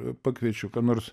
pakviečiu ką nors